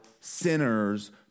sinners